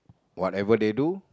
whatever they do